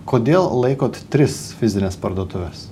kodėl laikot tris fizines parduotuves